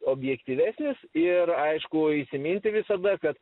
objektyvesnis ir aišku įsiminti visada kad